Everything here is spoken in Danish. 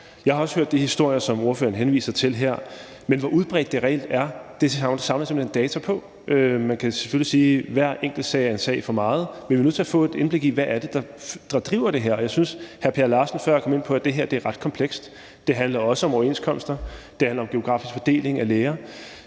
Jeg har også hørt de historier, som ordføreren henviser til her, men hvor udbredt det reelt er, savner jeg simpelt hen data på. Man kan selvfølgelig sige, at hver enkelt sag er en sag for meget, men vi er nødt til at få et indblik i, hvad det er, der driver det her, og jeg synes, at hr. Per Larsen før kom ind på, at det her er ret komplekst. Det handler også om overenskomster, det handler om geografisk fordeling af læger,